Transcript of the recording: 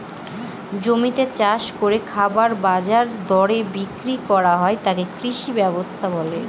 জমিতে চাষ করে খাবার বাজার দরে বিক্রি করা হয় তাকে কৃষি ব্যবস্থা বলে